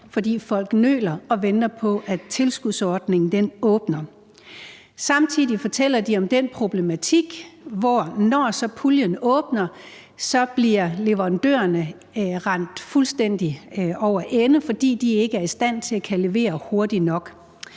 fordi folk nøler og venter på, at tilskudsordningen åbner. Samtidig fortæller de om den problematik, hvor leverandørerne, når så puljen åbner, bliver rendt fuldstændig over ende, fordi de ikke er i stand til at levere hurtigt nok.